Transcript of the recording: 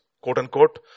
quote-unquote